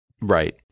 Right